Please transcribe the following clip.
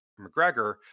McGregor